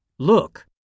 Look